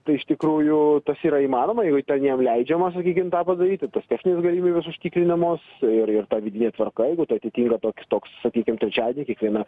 tai iš tikrųjų tas yra įmanoma jeigu ten jam leidžiama sakykim tą padaryti tos techninės galimybės užtikrinamos ir ir ta vidinė tvarka jeigu tai atitinka toks toks sakykim trečiadienį kiekvieną